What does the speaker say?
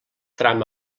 tram